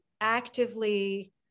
actively